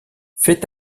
fait